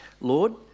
Lord